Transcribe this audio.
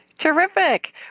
Terrific